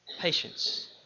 patience